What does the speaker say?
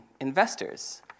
investors